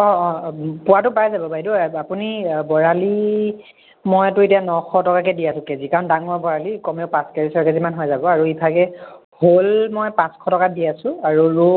অঁ অঁ পোৱাটো পাই যাব বাইদেউ আপুনি বৰালি মইটো এতিয়া নশ টকাকৈ দি আছোঁ কেজি কাৰণ ডাঙৰ বৰালি কমেও পাঁচ কেজি ছয় কেজি মান হৈ যাব আৰু ইভাগে শ'ল মই পাঁচশ টকাত দি আছোঁ আৰু ৰৌ